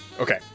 Okay